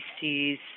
sees